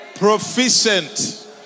proficient